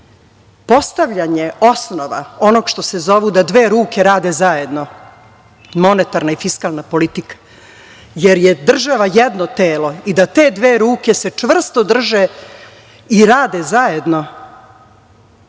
postavljanja osnova onog što se zovu da dve ruke rade zajedno, monetarna i fiskalna politika, jer je država jedno telo, i da te dve ruke se čvrsto drže i rade zajedno,